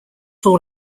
all